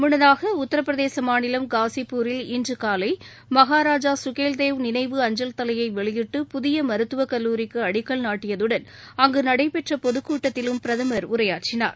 முன்னதாக உத்தரப்பிரதேச மாநிலம் காஸிப்பூரில் இன்று காலை மகாராஜா சுகேல்தேவ் நினைவு அஞ்சல் தலையை வெளியிட்டு புதிய மருத்துவ கல்லூரிக்கு அடிக்கல்நாட்டியதுடன் அங்கு நடைபெற்ற பொதுக் கூட்டத்திலும் பிரதமர் உரையாற்றினார்